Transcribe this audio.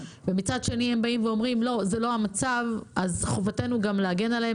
ומצד שני הם באים ואומרים שזה לא המצב אז חובתנו גם להגן עליהם.